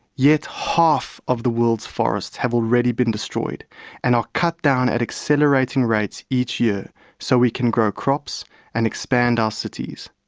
yet half of the world's forests have already been destroyed and are cut down at accelerating rates each year so we can grow crops and expand our cities.